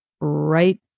right